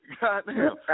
Goddamn